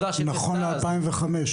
נכון ל-2005,